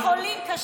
ירידה בחולים קשים.